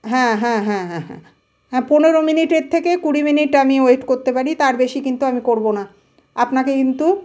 হ্যাঁ হ্যাঁ হ্যাঁ হ্যাঁ হ্যাঁ হ্যাঁ পনেরো মিনিটের থেকে কুড়ি মিনিট আমি ওয়েট করতে পারি তার বেশি কিন্তু আমি করবো না আপনাকে কিন্তু